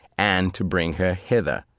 and to bring her hither.